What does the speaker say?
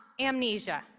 amnesia